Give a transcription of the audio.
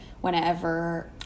whenever